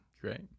Great